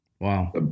wow